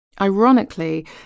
Ironically